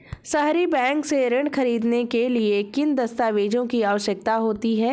सहरी बैंक से ऋण ख़रीदने के लिए किन दस्तावेजों की आवश्यकता होती है?